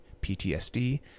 PTSD